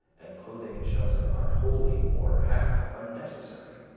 and clothing and shelter are wholly or half unnecessary.